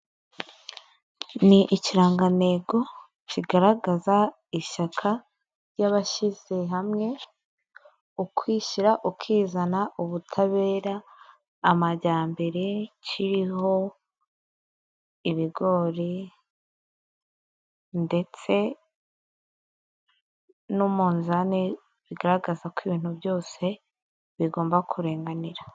Ni ikirangantego kigaragaza ishyaka ry'abashyize hamwe "ukwishyira ukizana, ubutabera, amajyambere" kiriho ibigori ndetse n'umunzani bigaragaza ko ibintu byose bigomba kurenganira.